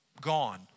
gone